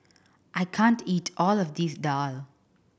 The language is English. I can't eat all of this daal